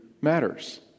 matters